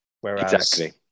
Whereas